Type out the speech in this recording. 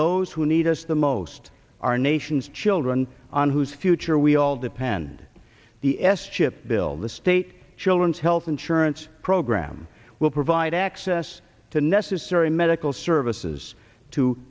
those who need us the most our nation's children on whose future we all depend the s chip bill the state children's health insurance program will provide access to necessary medical services